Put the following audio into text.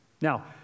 Now